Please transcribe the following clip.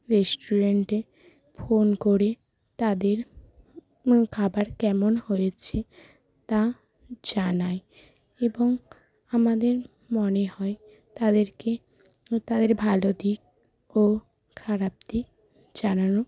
রেস্টুরেন্টে ফোন করে তাদের খাবার কেমন হয়েছে তা জানাই এবং আমাদের মনে হয় তাদেরকে ও তাদের ভালো দিক ও খারাপ দিক জানানো